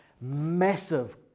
massive